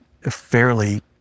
fairly